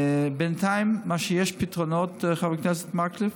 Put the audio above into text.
בינתיים, הפתרונות שיש, חבר הכנסת מקלב,